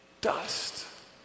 dust